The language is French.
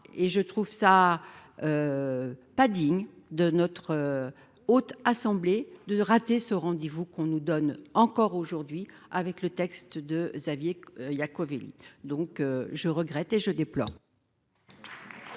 et je trouve ça. Pas digne de notre haute assemblée de rater ce rendez-vous qu'on nous donne encore aujourd'hui avec le texte de Xavier Iacovelli. Donc je regrette et je déplore.